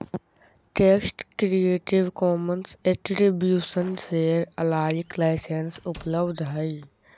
text creative commons attribution share alike licence उपलब्ध हइ